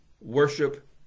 worship